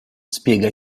spiega